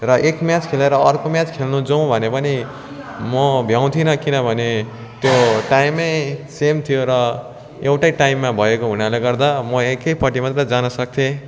र एक म्याच खेलेर अर्को म्याच खेल्नु जाउँ भने पनि म भ्याउँथिनँ किनभने त्यो टाइमै सेम थियो र एउटै टाइममा भएको हुनाले गर्दा म एकैपट्टि मात्र जानसक्थेँ